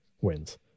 wins